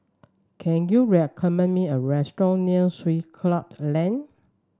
can you recommend me a restaurant near Swiss Club Lane